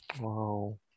Wow